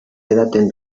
edaten